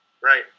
Right